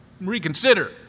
reconsider